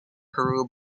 peru